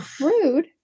rude